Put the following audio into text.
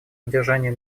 поддержанию